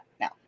now